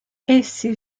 essi